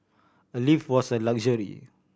a lift was a luxury